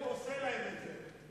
הוא עושה להם את זה.